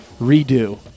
redo